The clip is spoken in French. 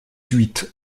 huit